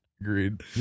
Agreed